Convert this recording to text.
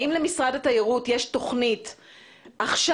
האם למשרד התיירות יש תוכנית עכשיו,